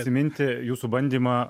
atsiminti jūsų bandymą